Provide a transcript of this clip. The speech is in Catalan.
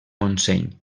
montseny